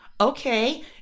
okay